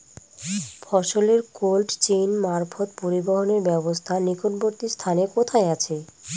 ফসলের cold chain মারফত পরিবহনের ব্যাবস্থা নিকটবর্তী স্থানে কোথায় আছে?